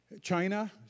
China